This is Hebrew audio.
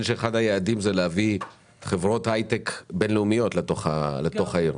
שאחד היעדים הוא להביא חברות היי-טק בין-לאומיות לתוך העיר.